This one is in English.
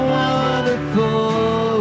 wonderful